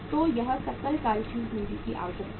तो यह सकल कार्यशील पूंजी की आवश्यकता है